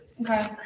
Okay